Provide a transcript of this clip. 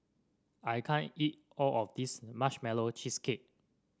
I can't eat all of this Marshmallow Cheesecake